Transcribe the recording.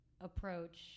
approach